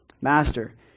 Master